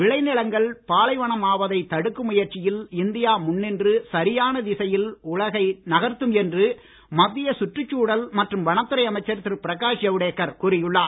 விளை நிலங்கள் பாலைவனமாவதை தடுக்கும் முயற்சியில் இந்தியா முன் நின்று சரியான திசையில் உலகை நகர்த்தும் என்று மத்திய சுற்றுச்சூழல் மற்றும் வனத்துறை அமைச்சர் திரு பிரகாஷ் ஜவுடேகர் கூறியுள்ளார்